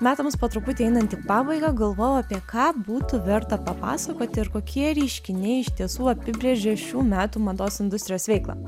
metams po truputį einant į pabaigą galvojau apie ką būtų verta papasakoti ir kokie reiškiniai iš tiesų apibrėžia šių metų mados industrijos veiklą